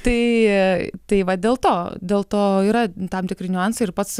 tai tai va dėl to dėl to yra tam tikri niuansai ir pats